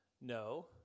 No